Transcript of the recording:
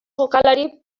jokalari